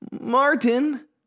Martin